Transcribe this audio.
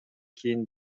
кийин